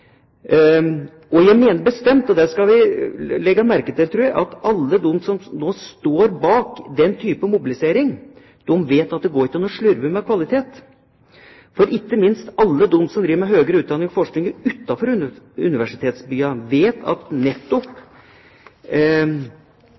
Og jeg mener bestemt – og det skal vi legge merke til – at alle som nå står bak den type mobilisering, vet at det går ikke an å slurve med kvalitet. For ikke minst alle som driver med høgere utdanning og forskning utenfor universitetsbyene, vet at det nettopp